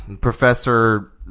professor